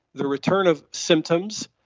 the return of symptoms,